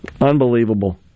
Unbelievable